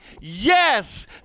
yes